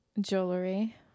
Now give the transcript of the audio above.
Jewelry